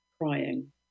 crying